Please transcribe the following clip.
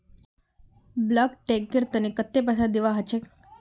bulk tanker तने कत्ते पैसा दीबा ह छेक